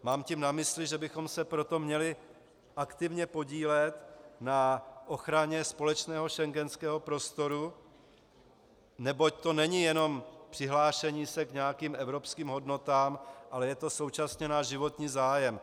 Mám tím na mysli, že bychom se proto měli aktivně podílet na ochraně společného schengenského prostoru, neboť to není jenom přihlášení se k nějakým evropským hodnotám, ale je to současně náš životní zájem.